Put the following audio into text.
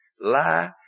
Lie